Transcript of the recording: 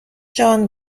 جان